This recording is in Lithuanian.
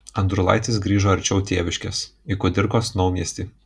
andriulaitis grįžo arčiau tėviškės į kudirkos naumiestį